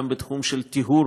גם בתחום של טיהור